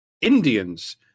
indians